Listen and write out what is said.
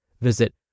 Visit